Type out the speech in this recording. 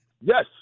yes